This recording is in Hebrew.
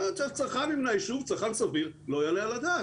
צרכן מהישוב, צרכן סביר, לא יעלה על הדעת.